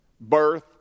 birth